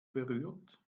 berührt